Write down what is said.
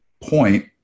point